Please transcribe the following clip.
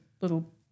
little